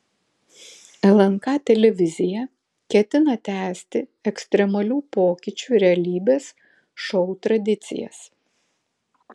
lnk televizija ketina tęsti ekstremalių pokyčių realybės šou tradicijas